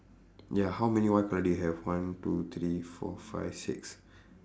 ya how many white colour do you have one two three four five six